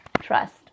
trust